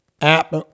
app